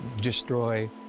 destroy